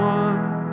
one